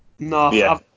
No